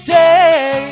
day